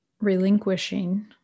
relinquishing